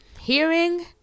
hearing